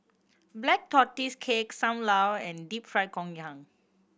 Black Tortoise Cake Sam Lau and Deep Fried Ngoh Hiang